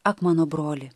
ak mano broli